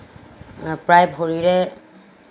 প্ৰায় ভৰিৰে